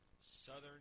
Southern